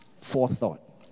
forethought